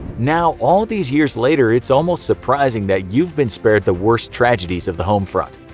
now, all these years later, it's almost surprising that you've been spared the worst tragedies of the home front.